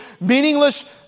meaningless